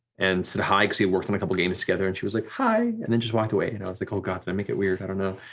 and said hi cause we worked on a couple games together and she was like hi, and then just walked away, and i was like oh god, did i make it weird, i don't know.